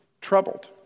troubled